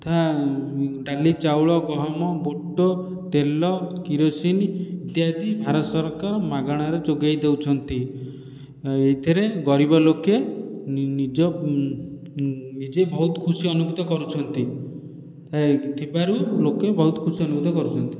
ଯଥା ଡାଲି ଚାଉଳ ଗହମ ବୋଟ ତେଲ କିରୋସିନ୍ ଇତ୍ୟାଦି ଭାରତ ସରକାର ମାଗଣାରେ ଯୋଗେଇ ଦେଉଛନ୍ତି ଏଥିରେ ଗରିବ ଲୋକେ ନିଜ ନିଜେ ବହୁତ ଖୁସି ଅନୁଭୂତ କରୁଛନ୍ତି ଏଥିବାରୁ ଲୋକେ ବହୁତ ଖୁସି ଅନୁଭୂତ କରୁଛନ୍ତି